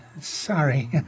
sorry